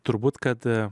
turbūt kad